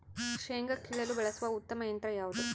ಶೇಂಗಾ ಕೇಳಲು ಬಳಸುವ ಉತ್ತಮ ಯಂತ್ರ ಯಾವುದು?